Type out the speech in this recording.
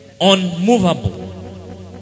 unmovable